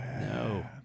No